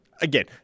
again